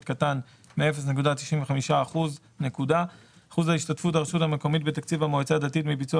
קטן מ-0.95% 1 % השתתפות הרשות המקומית בתקציב המועצה הדתית מביצוע